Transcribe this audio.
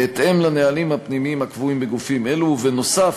בהתאם לנהלים הפנימיים הקבועים בגופים אלו, ונוסף